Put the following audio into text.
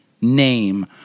name